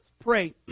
pray